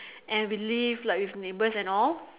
and we live like with neighbours and all